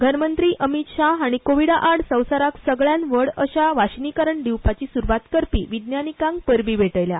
घरमंत्री अमीत शाह हांणी कोविडा आड संवसारांक सगळ्यांत व्हड अशा वाशिनीकरण दिवपाची सुरवात करपी विज्ञानिकांक परबीं भेटयल्या